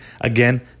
again